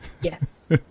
Yes